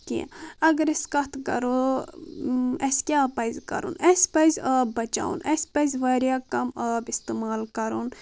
کینٛہہ اگر أسۍ کتھ کرو اسہِ کیٛاہ پزِ کرُن اسہِ پزِ آب بچاوُن اسہِ پزِ واریاہ کم آب استعمال کرُن